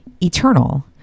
eternal